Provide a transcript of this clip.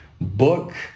Book